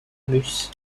bus